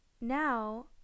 Now